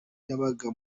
yabaga